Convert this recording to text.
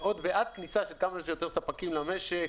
של כמה שיותר ספקים למשק.